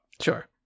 Sure